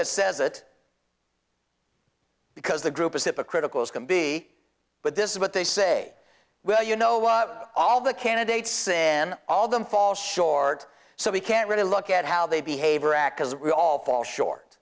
that says it because the group is hypocritical as can be but this is what they say well you know of all the candidates say in all of them fall short so we can't really look at how they behave or act as we all fall short